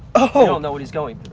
ah know what he's going